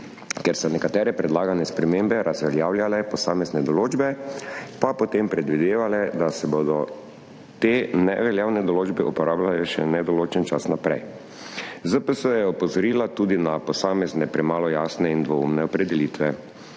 ker so nekatere predlagane spremembe razveljavljale posamezne določbe, potem pa predvidevale, da se bodo te neveljavne določbe uporabljale še nedoločen čas naprej. ZPS je opozorila tudi na posamezne premalo jasne in dvoumne opredelitve.